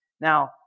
Now